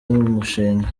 umushinga